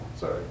Sorry